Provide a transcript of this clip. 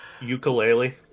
Ukulele